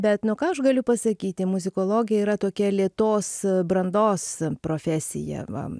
bet nu ką aš galiu pasakyti muzikologija yra tokia lėtos brandos profesija va